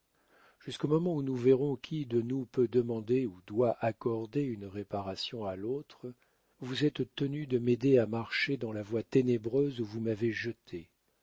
jusqu'au moment où nous verrons qui de nous peut demander ou doit accorder une réparation à l'autre vous êtes tenu de m'aider à marcher dans la voie ténébreuse où vous m'avez jeté